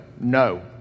no